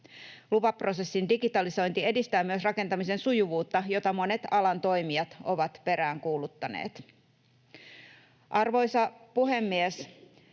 Lupaprosessin digitalisointi edistää myös rakentamisen sujuvuutta, jota monet alan toimijat ovat peräänkuuluttaneet. Arvoisa puhemies!